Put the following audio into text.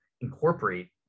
incorporate